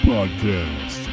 Podcast